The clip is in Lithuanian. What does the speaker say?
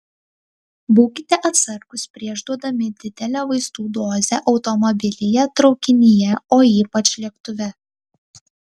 būkite atsargūs prieš duodami didelę vaistų dozę automobilyje traukinyje o ypač lėktuve